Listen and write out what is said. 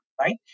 right